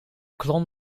klom